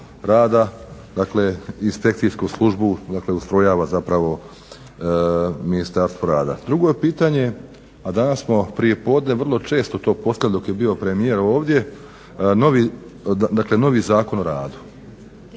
Dakle, Inspekcijsku službu dakle ustrojava zapravo Ministarstvo rada. Drugo je pitanje, a danas smo prijepodne vrlo često to postavili dok je bio premijer ovdje, novi Zakon o radu